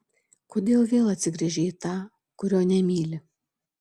kodėl vėl atsigręžei į tą kurio nemyli